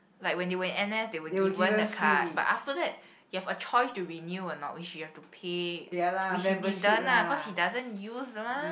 like when they were in N_S they were given the card but after that you have a choice to renew or not which you have to pay which he didn't ah cause he doesn't use mah